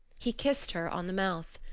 he kissed her on the mouth.